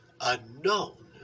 unknown